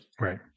Right